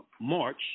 March